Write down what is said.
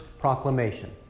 proclamation